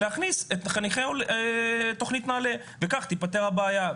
להכניס את חניכי תוכנית נעל"ה וכך תיפתר הבעיה.